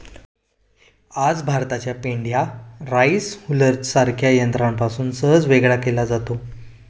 आज भाताचा पेंढा राईस हुलरसारख्या यंत्रापासून सहज वेगळा केला जातो